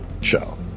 show